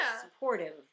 supportive